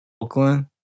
Oakland